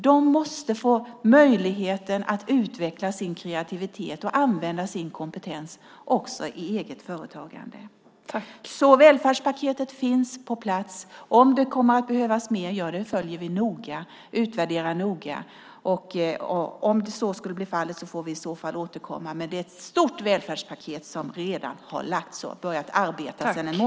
De måste få möjlighet att utveckla sin kreativitet och använda sin kompetens också i eget företagande. Välfärdspaketet finns på plats. Vi följer noga och utvärderar om det kommer att behövas mer. I så fall återkommer vi. Det är dock ett stort välfärdspaket som redan har lagts fram och är i gång sedan en månad tillbaka.